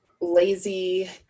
lazy